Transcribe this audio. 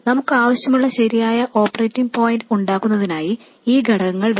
നമുക്ക് ആവശ്യമുള്ള ശരിയായ ഓപ്പറേറ്റിംഗ് പോയിന്റ് ഉണ്ടാക്കുന്നതിനായി ഈ ഘടകങ്ങൾ വേണം